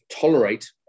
tolerate